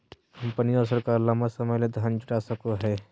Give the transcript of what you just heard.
company और सरकार लंबा समय ले धन जुटा सको हइ